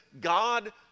God